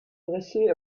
dressait